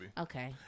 Okay